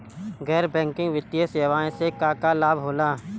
गैर बैंकिंग वित्तीय सेवाएं से का का लाभ होला?